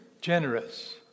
generous